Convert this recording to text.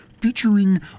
featuring